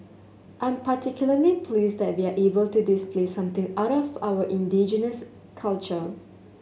I'm particularly pleased that we're able to display something out of our indigenous culture